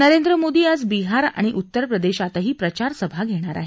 नरेंद्र मोदी आज बिहार आणि उत्तर प्रदेशातही प्रचारसभा घेणार आहेत